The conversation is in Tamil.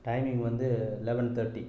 டைமிங் வந்து லெவன் தார்ட்டி